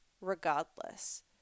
regardless